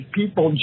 people